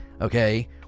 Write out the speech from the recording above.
okay